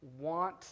want